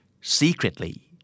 secretly